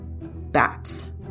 Bats